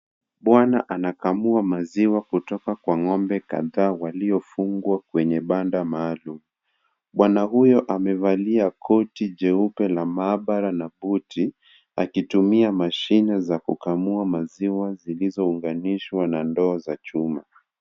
Bwana anakamua maziwa kutoka kwa ng'ombe kadhaa waliofungwa kwenye banda maalum. Bwana huyo amevalia koti jeupe la maabara na buti akitumia mashine za kukamua maziwa zilizounganishwa na ndoo za chuma.